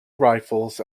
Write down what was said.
rifles